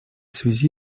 связи